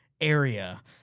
Area